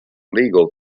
legal